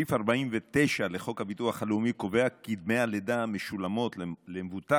סעיף 49 לחוק הביטוח הלאומי קובע כי דמי הלידה המשולמים למבוטחת